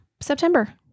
September